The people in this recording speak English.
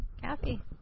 Kathy